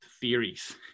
theories